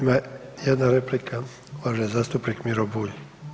Ima jedna replika, uvaženi zastupnik Miro Bulj.